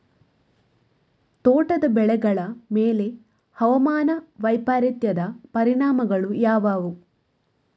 ತೋಟದ ಬೆಳೆಗಳ ಮೇಲೆ ಹವಾಮಾನ ವೈಪರೀತ್ಯದ ಪರಿಣಾಮಗಳು ಯಾವುವು?